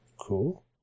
Cool